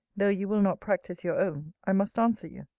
though you will not practise your own, i must answer you.